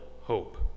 hope